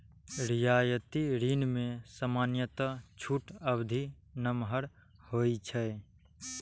रियायती ऋण मे सामान्यतः छूट अवधि नमहर होइ छै